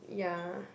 ya